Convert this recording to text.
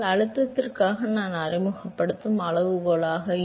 எனவே அது அழுத்தத்திற்காக நான் அறிமுகப்படுத்தும் அளவுகோலாக இருந்தால்